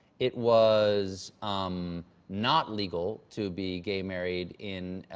it was not legal to be gay married in